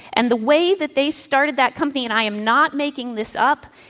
and the way that they started that company, and i am not making this up,